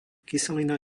kyselina